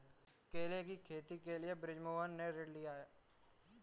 केले की खेती के लिए बृजमोहन ने ऋण लिया है